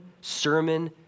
sermon